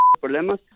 problemas